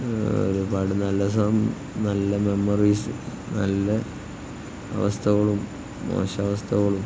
ഒരുപാട് നല്ല നല്ല മെമ്മറീസ് നല്ല അവസ്ഥകളും മോശം അവസ്ഥകളും